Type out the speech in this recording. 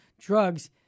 drugs